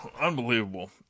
Unbelievable